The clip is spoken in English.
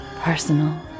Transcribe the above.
personal